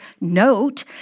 note